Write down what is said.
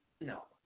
No